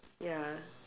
ya